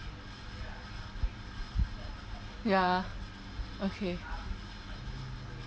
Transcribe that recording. ya okay